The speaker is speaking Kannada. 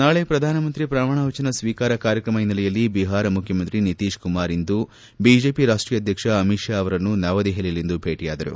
ನಾಳೆ ಪ್ರಧಾನಮಂತ್ರಿ ಶ್ರಮಾಣ ವಚನ ಸ್ತೀಕಾರ ಕಾರ್ಯಕ್ರಮ ಹಿನ್ನೆಲೆಯಲ್ಲಿ ಬಿಹಾರ ಮುಖ್ಯಮಂತ್ರಿ ನಿತೀಶ್ ಕುಮಾರ್ ಇಂದು ಬಿಜೆಪಿ ರಾಷ್ಷೀಯ ಅಧ್ಯಕ್ಷ ಅಮಿತ್ ಶಾ ಅವರನ್ನು ನವದೆಹಲಿಯಲ್ಲಿಂದು ಭೇಟಿಯಾದರು